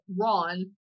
ron